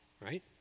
right